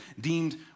deemed